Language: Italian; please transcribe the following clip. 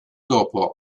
dopo